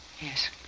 Yes